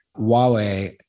huawei